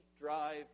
drive